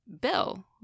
Bill